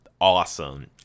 awesome